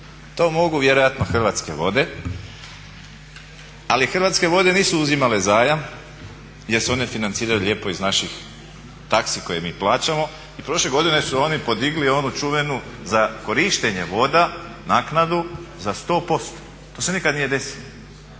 To mogu vjerojatno Hrvatske vode ali Hrvatske vode nisu uzimale zajam jer su one financirane lijepo iz naših taksi koje mi plaćamo. I prošle godine su oni podigli onu čuvenu za korištenje voda, naknadu za 100%. To se nikada nije desilo.